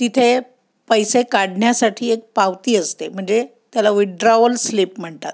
तिथे पैसे काढण्यासाठी एक पावती असते म्हणजे त्याला विड्राओल स्लीप म्हणतात